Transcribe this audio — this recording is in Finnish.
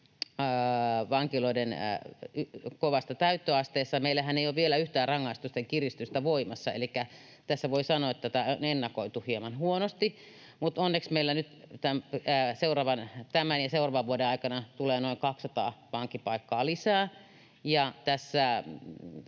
vankiloiden kovasta täyttöasteesta. Meillähän ei ole vielä yhtään rangaistusten kiristystä voimassa, elikkä tässä voi sanoa, että tätä on ennakoitu hieman huonosti, mutta onneksi meillä nyt tämän ja seuraavan vuoden aikana tulee noin 200 vankipaikkaa lisää. Tässä